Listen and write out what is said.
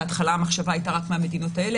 בהתחלה המחשבה הייתה רק מהמדינות האלה.